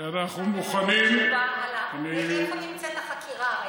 אנחנו מוכנים, לא, איפה נמצאת החקירה?